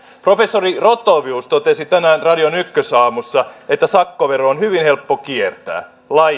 professori rothovius totesi tänään radion ykkösaamussa että sakkovero on hyvin helppo kiertää